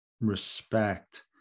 respect